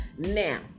Now